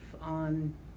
on